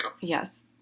Yes